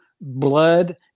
Blood